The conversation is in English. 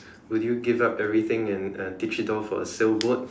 would you give up everything and uh ditch it off for a sail boat